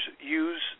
use